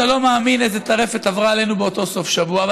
אתה לא מאמין איזה טרפת עברה עלינו באותו סוף שבוע.